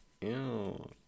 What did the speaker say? Ew